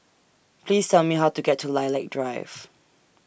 Please Tell Me How to get to Lilac Drive